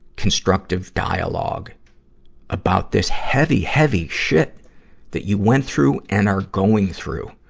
constructive dialogue about this heavy, heavy shit that you went through and are going through.